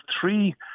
three